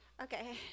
Okay